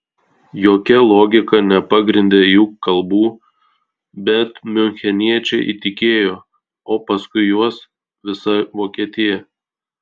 jokia logika nepagrindė jų kalbų bet miuncheniečiai įtikėjo o paskui juos visa vokietija